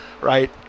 right